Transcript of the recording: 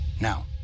Now